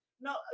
No